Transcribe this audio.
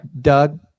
Doug